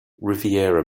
riviera